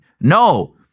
No